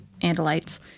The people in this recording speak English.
Andalites